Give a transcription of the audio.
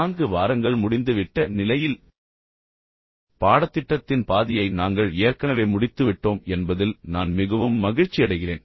நான்கு வாரங்கள் முடிந்துவிட்ட நிலையில் பாடத்திட்டத்தின் பாதியை நாங்கள் ஏற்கனவே முடித்துவிட்டோம் என்பதில் நான் மிகவும் மகிழ்ச்சியடைகிறேன்